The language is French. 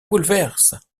bouleverse